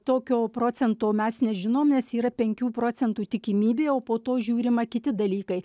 tokio procento mes nežinom nes yra penkių procentų tikimybė o po to žiūrima kiti dalykai